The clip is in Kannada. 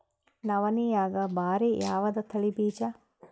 ನವಣಿಯಾಗ ಭಾರಿ ಯಾವದ ತಳಿ ಬೀಜ?